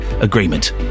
agreement